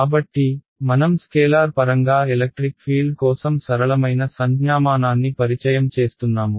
కాబట్టి మనం స్కేలార్ పరంగా ఎలక్ట్రిక్ ఫీల్డ్ కోసం సరళమైన సంజ్ఞామానాన్ని పరిచయం చేస్తున్నాము